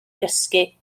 gysgu